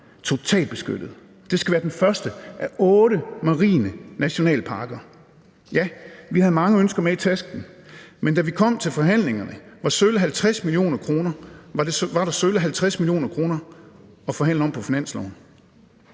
totalt beskyttet. Det skal være den første af otte marine nationalparker. Ja, vi havde mange ønsker med i tasken, men da vi kom til forhandlingerne, var der sølle 50 mio. kr. at forhandle om på finansloven.